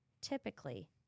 typically